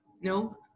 No